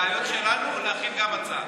הוועדה להכין גם הצעה.